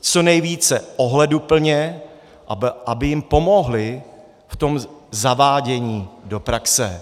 co nejvíce ohleduplně, aby jim pomohli v tom zavádění do praxe.